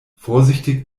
vorsichtig